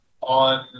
on